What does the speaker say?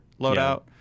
loadout